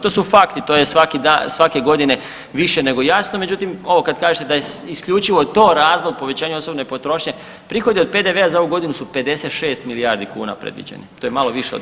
To su fakti to je svake godine više nego jasno, međutim ovo kad kažete da je isključivo to razlog povećanje osobne potrošnje, prihodi od PDV-a za ovu godinu su 56 milijardi kuna predviđeni, to je malo više od